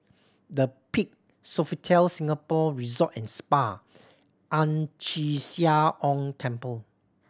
The Peak Sofitel Singapore Resort and Spa Ang Chee Sia Ong Temple